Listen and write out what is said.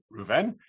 Ruven